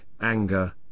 anger